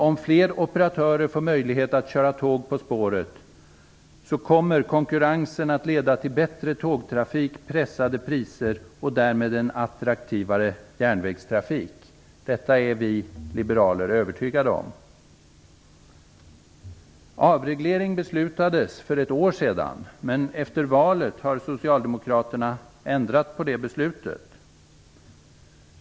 Om fler operatörer får möjlighet att köra tåg på spåret, kommer konkurrensen att leda till bättre tågtrafik, pressade priser och därmed en attraktivare järnvägstrafik. Detta är vi liberaler övertygade om. Avreglering beslutades för ett år sedan, men efter valet har socialdemokraterna ändrat på det beslutet.